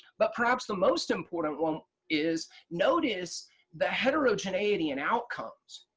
but perhaps the most important one is, notice the heterogeneity and outcomes.